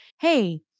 hey